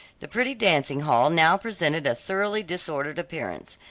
the pretty dancing-hall now presented a thoroughly disordered appearance.